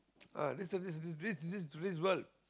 ah this this this this world